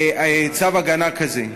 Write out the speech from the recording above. צו הגנה כזה.